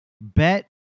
Bet